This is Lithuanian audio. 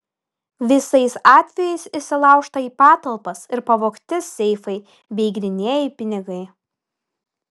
visais atvejais įsilaužta į patalpas ir pavogti seifai bei grynieji pinigai